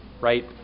right